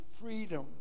freedom